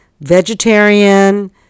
vegetarian